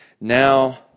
now